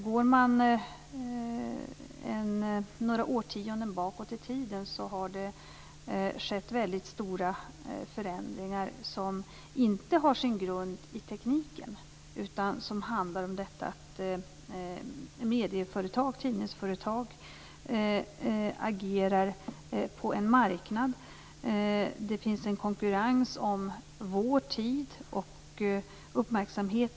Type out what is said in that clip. Går man några årtionden bakåt i tiden ser man att det har skett väldigt stora förändringar som inte har sin grund i tekniken utan handlar om att medieföretag och tidningsföretag agerar på en marknad. Det finns en konkurrens om vår tid och uppmärksamhet.